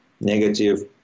negative